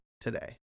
today